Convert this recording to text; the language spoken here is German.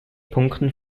punkten